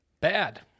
bad